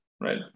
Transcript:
right